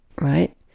Right